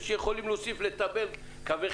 --- פורנוגרפיה,